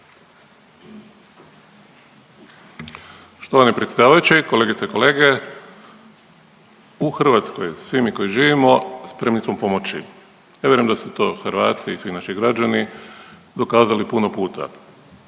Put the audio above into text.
Štovani predsjedavajući, kolegice i kolege. U Hrvatskoj, svi mi koji živimo spremni smo pomoći. Ja vjerujem da su to Hrvati i svi naši građani dokazali puno puta.